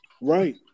Right